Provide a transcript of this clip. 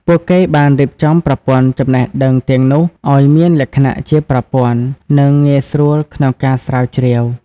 ពួកគេបានរៀបចំប្រព័ន្ធចំណេះដឹងទាំងនោះឲ្យមានលក្ខណៈជាប្រព័ន្ធ និងងាយស្រួលក្នុងការស្រាវជ្រាវ។